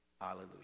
Hallelujah